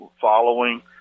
following